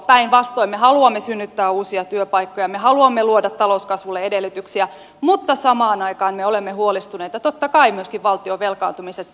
päinvastoin me haluamme synnyttää uusia työpaikkoja me haluamme luoda talouskasvulle edellytyksiä mutta samaan aikaan me olemme huolestuneita totta kai myöskin valtion velkaantumisesta